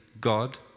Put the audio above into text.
God